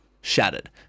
shattered